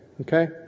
Okay